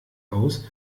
aus